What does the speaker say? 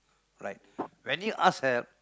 right when you ask help